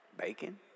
Bacon